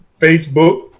Facebook